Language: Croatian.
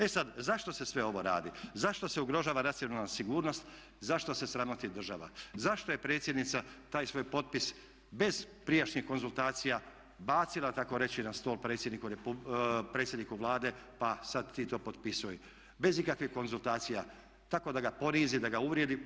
E sad, zašto se sve ovo radi, zašto se ugrožava nacionalna sigurnost, zašto se sramoti država, zašto je predsjednica taj svoj potpis bez prijašnjih konzultacija bacila takoreći na stol predsjedniku Vlade, pa sad ti to potpisuj bez ikakvih konzultacija, tako da ga ponizi, da ga uvrijedi.